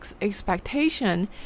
expectation